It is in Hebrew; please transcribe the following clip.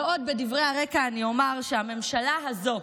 ועוד בדברי הרקע אני אומר שהממשלה הזאת,